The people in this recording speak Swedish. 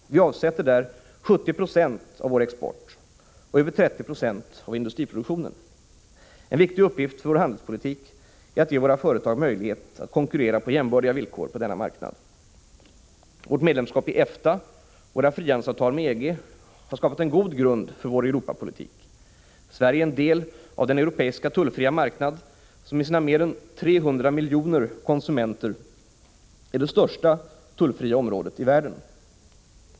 Vi avsätter där 70 96 av vår export och över 30 260 av industriproduktionen. En viktig uppgift för vår handelspolitik är att ge våra företag möjlighet att konkurrera på jämbördiga villkor på denna marknad. Vårt medlemskap i EFTA och våra frihandelsavtal med EG har skapat en god grund för vår Europapolitik. Sverige är en del av den europeiska tullfria marknad, som med sina mer än 300 miljoner konsumenter är det största tullfria området i världen.